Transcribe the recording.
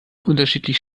unterschiedlich